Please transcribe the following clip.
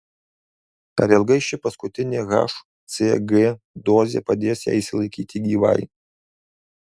ar ilgai ši paskutinė hcg dozė padės jai išsilaikyti gyvai